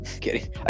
kidding